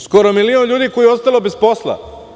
Skoro milion ljudi koje je ostalo bez posla.